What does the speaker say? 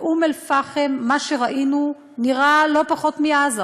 באום-אלפחם מה שראינו נראה לא פחות מעזה,